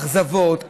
האכזבות,